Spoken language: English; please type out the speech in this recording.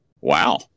wow